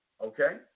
okay